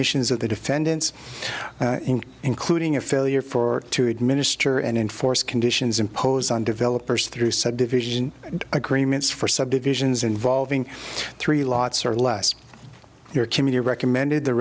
missions of the defendants including a failure for to administer and enforce conditions imposed on developers through subdivision and agreements for subdivisions involving three lots or less your committee recommended the